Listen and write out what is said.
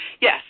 Yes